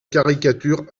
caricature